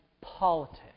politics